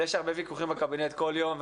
ויש הרבה ויכוחים בקבינט כל יום.